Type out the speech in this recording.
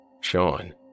Sean